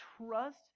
trust